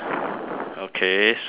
okay so uh